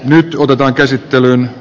minä soitan käsittelyyn